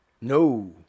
no